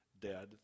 dead